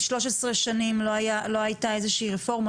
13 שנים לא הייתה איזו שהיא רפורמה,